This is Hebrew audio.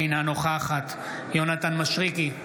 אינה נוכחת יונתן מישרקי,